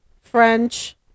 french